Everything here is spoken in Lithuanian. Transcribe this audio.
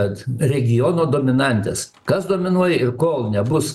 kad regiono dominantės kas dominuoja ir kol nebus